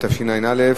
התשע"א 2011,